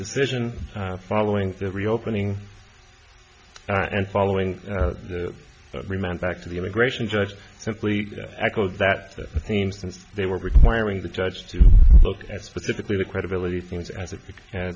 decision following the reopening and following the remand back to the immigration judge simply echoed that theme since they were requiring the judge to look at specifically the credibility t